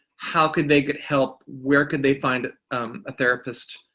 how could they get help, where could they find a therapist,